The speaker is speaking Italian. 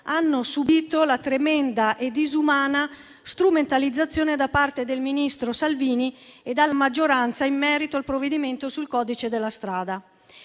hanno subito la tremenda e disumana strumentalizzazione da parte del ministro Salvini e della maggioranza in merito al provvedimento sul codice della strada.